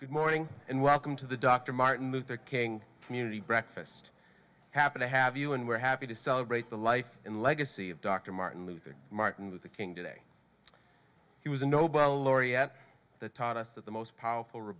good morning and welcome to the dr martin luther king community breakfast happy to have you and we're happy to celebrate the life and legacy of dr martin luther martin luther king today he was a nobel laureate the taught us that the most powerful r